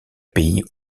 pays